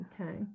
Okay